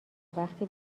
وقتی